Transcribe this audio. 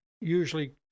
usually